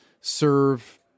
serve